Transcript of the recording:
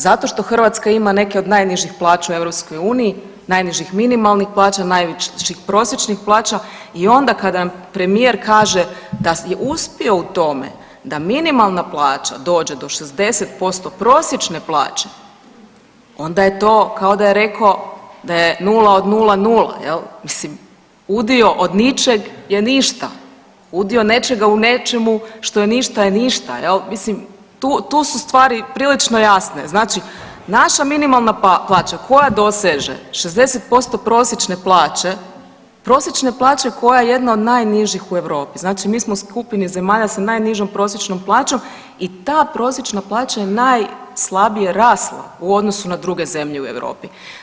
Zato što Hrvatska ima neke od najnižih plaća u EU, najnižih minimalnih plaća, najviših prosječnih plaća i onda kada premijer kaže da je uspio u tome da minimalna plaća dođe do 60% prosječne plaće onda je to kao da je rekao da je nula od nula nula jel, mislim udio od ničeg je ništa, udio nečega u nečemu što je ništa je ništa jel Mislim tu su stvari prilično jasne, znači naša minimalna plaća koja doseže 60% prosječne plaće, prosječne plaće koja je jedna od najnižih u Europi, znači mi smo u skupini zemalja sa najnižom prosječnom plaćom i ta prosječna plaća je najslabije rasla u odnosu na druge zemlje u Europi.